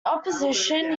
opposition